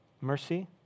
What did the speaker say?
mercy